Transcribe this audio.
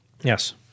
Yes